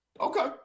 okay